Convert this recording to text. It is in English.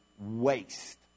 waste